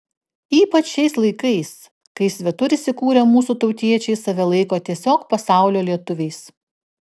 ypač šiais laikais kai svetur įsikūrę mūsų tautiečiai save laiko tiesiog pasaulio lietuviais